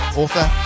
author